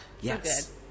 Yes